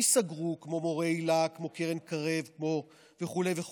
ייסגרו, כמו מורי היל"ה, כמו קרן קרב וכו' וכו'.